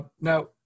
Now